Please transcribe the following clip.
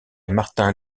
martin